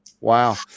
wow